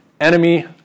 enemy